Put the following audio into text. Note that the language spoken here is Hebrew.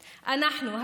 אנחנו,